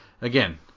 Again